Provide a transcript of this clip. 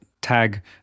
tag